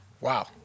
Wow